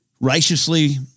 righteously